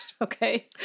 Okay